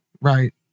right